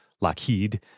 Lockheed